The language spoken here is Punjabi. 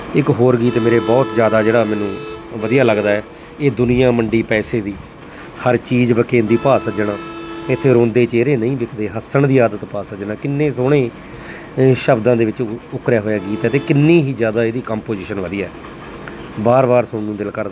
ਇੱਕ ਹੋਰ ਗੀਤ ਮੇਰੇ ਬਹੁਤ ਜ਼ਿਆਦਾ ਜਿਹੜਾ ਮੈਨੂੰ ਵਧੀਆ ਲੱਗਦਾ ਇਹ ਦੁਨੀਆਂ ਮੰਡੀ ਪੈਸੇ ਦੀ ਹਰ ਚੀਜ਼ ਵਿਕੇਂਦੀ ਭਾਅ ਸੱਜਣਾ ਇੱਥੇ ਰੋਂਦੇ ਚਿਹਰੇ ਨਹੀਂ ਵਿਕਦੇ ਹੱਸਣ ਦੀ ਆਦਤ ਪਾ ਸੱਜਣਾ ਕਿੰਨੇ ਸੋਹਣੇ ਸ਼ਬਦਾਂ ਦੇ ਵਿੱਚ ਉਕਰਿਆ ਹੋਇਆ ਗੀਤ ਹੈ ਅਤੇ ਕਿੰਨੀ ਹੀ ਜ਼ਿਆਦਾ ਇਹਦੀ ਕੰਪੋਜੀਸ਼ਨ ਵਧੀਆ ਵਾਰ ਵਾਰ ਸੁਣਨ ਨੂੰ ਦਿਲ ਕਰਦਾ